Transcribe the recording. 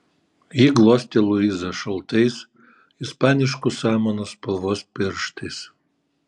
ji glostė luizą šaltais ispaniškų samanų spalvos pirštais